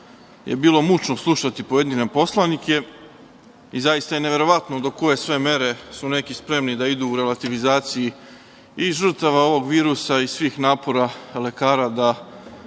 je bilo mučno slušati pojedine poslanike i zaista je neverovatno do koje sve mere su neki spremni da idu u relativizaciji i žrtava ovog virusa i svih napora lekara da